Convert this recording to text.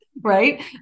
right